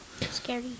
Scary